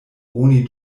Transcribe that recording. oni